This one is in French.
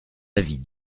avis